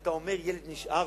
כשאתה אומר: ילד נשאר,